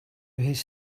his